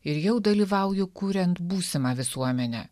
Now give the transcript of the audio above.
ir jau dalyvauju kuriant būsimą visuomenę